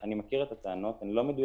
אני מכיר את הטענות והן לא מדויקות.